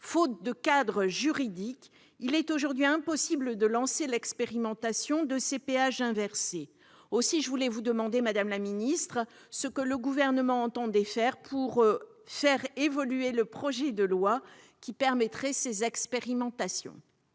Faute de cadre juridique, il est aujourd'hui impossible de lancer l'expérimentation de ces péages inversés. Aussi, je vous demande, madame la ministre, ce que le Gouvernement entend faire pour que le projet de loi évolue afin de permettre ces expérimentations.